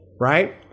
right